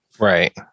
right